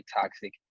toxic